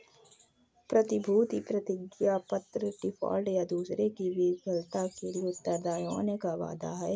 प्रतिभूति प्रतिज्ञापत्र डिफ़ॉल्ट, या दूसरे की विफलता के लिए उत्तरदायी होने का वादा है